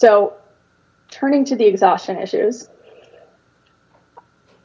so turning to the exhaustion issues